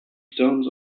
stones